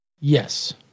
Yes